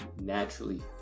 naturally